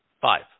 Five